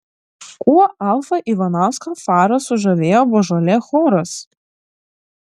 kuo alfą ivanauską farą sužavėjo božolė choras